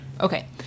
Okay